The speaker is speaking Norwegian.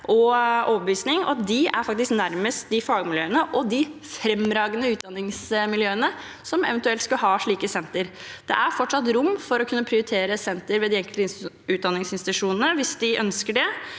og overbevisning. De er faktisk nærmest de fagmiljøene og de fremragende utdanningsmiljøene som eventuelt skal ha slike senter. Det er fortsatt rom for å kunne prioritere senter ved de enkelte utdanningsinstitusjonene hvis de ønsker det,